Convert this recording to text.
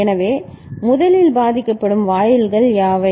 எனவே முதலில் பாதிக்கப்படும் வாயில்கள் யாவை